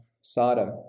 Sodom